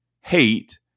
Hate